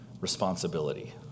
responsibility